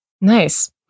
Nice